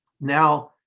now